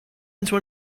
into